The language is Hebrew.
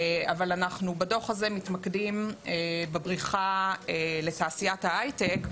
אבל אנחנו בדוח מתמקדים בבריחה לתעשיית ההייטק.